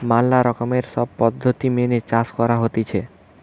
ম্যালা রকমের সব পদ্ধতি মেনে চাষ করা হতিছে